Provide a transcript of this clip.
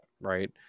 right